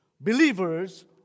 believers